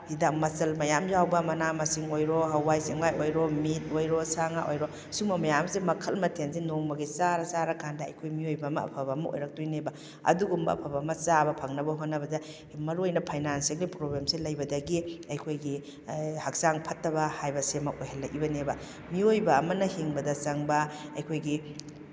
ꯍꯤꯗꯥꯛ ꯃꯆꯜ ꯃꯌꯥꯝ ꯌꯥꯎꯕ ꯃꯅꯥ ꯃꯁꯤꯡ ꯑꯣꯏꯔꯣ ꯍꯋꯥꯏ ꯆꯦꯡꯋꯥꯏ ꯑꯣꯏꯔꯣ ꯃꯤꯠ ꯑꯣꯏꯔꯣ ꯁꯥ ꯉꯥ ꯑꯣꯏꯔꯣ ꯁꯨꯝꯕ ꯃꯌꯥꯝꯁꯦ ꯃꯈꯜ ꯃꯊꯦꯜꯁꯦ ꯅꯣꯡꯃꯒꯤ ꯆꯔꯥ ꯆꯔꯥꯀꯥꯟꯗ ꯑꯩꯈꯣꯏ ꯃꯤꯑꯣꯏꯕ ꯑꯃ ꯑꯐꯕ ꯑꯃ ꯑꯣꯏꯔꯛꯇꯣꯏꯅꯦꯕ ꯑꯗꯨꯒꯨꯝꯕ ꯑꯐꯕ ꯑꯃ ꯆꯥꯕ ꯐꯪꯅꯕ ꯍꯣꯠꯅꯕꯗ ꯃꯔꯨꯑꯣꯏꯅ ꯐꯩꯅꯥꯟꯁꯦꯜꯒꯤ ꯄ꯭ꯔꯣꯕ꯭ꯂꯦꯝꯁꯦ ꯂꯩꯕꯗꯒꯤ ꯑꯩꯈꯣꯏꯒꯤ ꯍꯛꯆꯥꯡ ꯐꯠꯇꯕ ꯍꯥꯏꯕꯁꯤꯃ ꯑꯣꯏꯍꯜꯂꯛꯏꯕꯅꯦꯕ ꯃꯤꯑꯣꯏꯕ ꯑꯃꯅ ꯍꯤꯡꯕꯗ ꯆꯪꯕ ꯑꯩꯈꯣꯏꯒꯤ